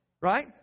right